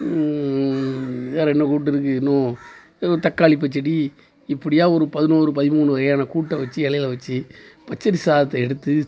வேறு என்ன கூட்டு இருக்கு இன்னும் ஒரு தக்காளி பச்சடி இப்படியாக ஒரு பதினோரு பதிமூணு வகையான கூட்ட வச்சு இலையில வச்சு பச்சடி சாதத்தை எடுத்து